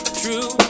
true